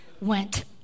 went